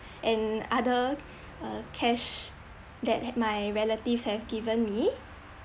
and other uh cash that had my relatives have given me